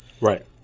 Right